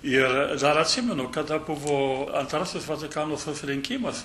ir dar atsimenu kada buvo antrasis vatikano susirinkimas